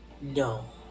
No